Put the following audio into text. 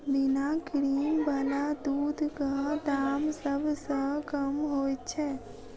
बिना क्रीम बला दूधक दाम सभ सॅ कम होइत छै